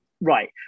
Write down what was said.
Right